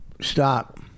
Stop